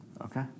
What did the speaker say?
Okay